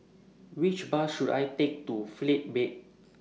Which Bus should I Take to Faith Bible